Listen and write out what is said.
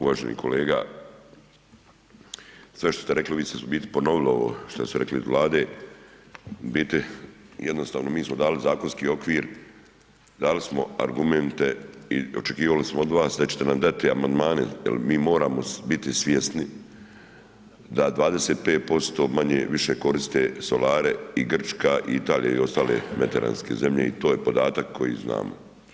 Uvaženi kolega, sve što ste rekli, vi ste u biti ponovili ovo što su rekli iz Vlade, u biti jednostavno mi smo dali zakonski okvir, dali smo argumente i očekivali smo od vas da ćete nam dati amandmane jer mi moramo biti svjesni da 25% manje-više koriste solare i Grčka i Italija i ostale mediteranske zemlje i to je podatak koji znamo.